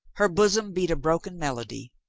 her bosom beat a broken melody.